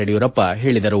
ಯಡಿಯೂರಪ್ಪ ಹೇಳದರು